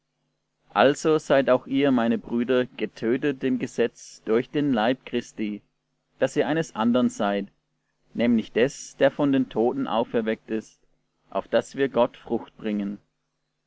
also seid auch ihr meine brüder getötet dem gesetz durch den leib christi daß ihr eines andern seid nämlich des der von den toten auferweckt ist auf daß wir gott frucht bringen